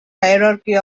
hierarchy